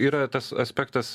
yra tas aspektas